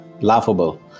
laughable